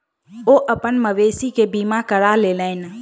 ओ अपन मवेशी के बीमा करा लेलैन